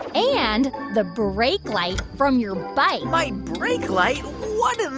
and the brake light from your bike my brake light? what in the.